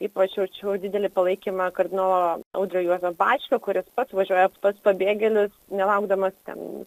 ypač jaučiu didelį palaikymą kardinolo audrio juozo bačkio kuris pats važiuoja pats pabėgėlis nelaukdamas ten